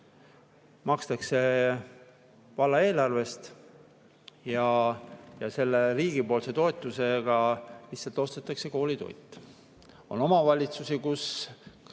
makstakse valla eelarvest ja selle riigipoolse toetusega lihtsalt ostetakse koolitoit. On omavalitsusi, kus